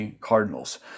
Cardinals